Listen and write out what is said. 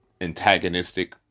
antagonistic